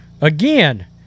Again